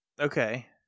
Okay